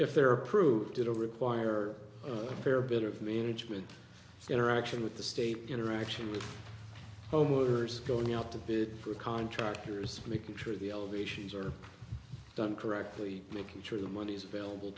if they're approved it will require a fair bit of management interaction with the state interaction with homeowners going out to bid for contractors making sure the elevations are done correctly making sure the money is available